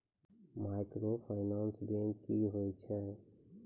Microfinance bank की होय छै?